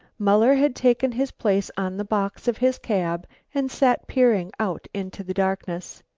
muller had taken his place on the box of his cab and sat peering out into the darkness.